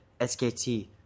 SKT